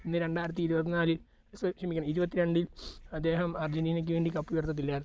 ഇന്നു രണ്ടായിരത്തി ഇരുപത്തി നാലിൽ സ ക്ഷമിക്കണം ഇരുപത്തി രണ്ടിൽ അദ്ദേഹം അർജൻറ്റിനക്കു വേണ്ടി കപ്പുയർത്തത്തില്ലായിരുന്നു